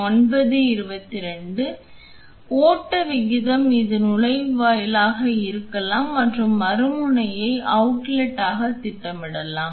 எனவே ஓட்ட விகிதம் இது நுழைவாயிலாக இருக்கலாம் மற்றும் மறுமுனையை அவுட்லெட்டாக திட்டமிடலாம்